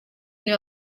niba